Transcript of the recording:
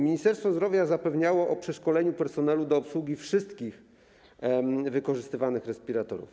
Ministerstwo Zdrowia zapewniało o przeszkoleniu personelu do obsługi wszystkich wykorzystywanych respiratorów.